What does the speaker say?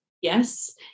yes